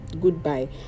Goodbye